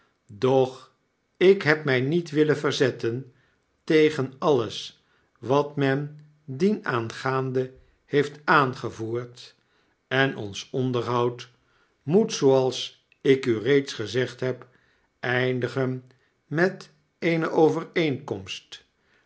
doch ik heb my niet willen verzetten tegen alles wat men dienaangaande heeft aangevoerd en ons onderhoud moet zooals ik u reeds gezegd heb eindigen met eene overeenkomst